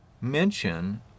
mention